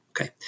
Okay